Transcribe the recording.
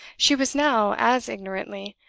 she was now, as ignorantly,